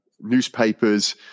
newspapers